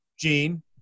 Gene